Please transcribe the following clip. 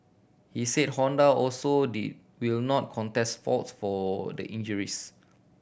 he said Honda also they will not contest faults for the injuries